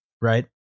Right